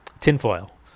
tinfoil